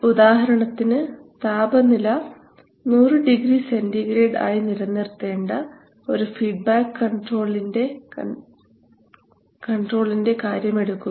ഉദാഹരണത്തിന് താപനില 100 degree centigrade ആയി നില നിർത്തേണ്ട ഒരു ഫീഡ്ബാക്ക് കൺട്രോളിന്റെ കാര്യമെടുക്കുക